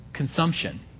Consumption